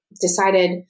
decided